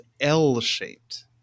L-shaped